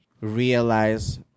realize